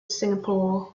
singapore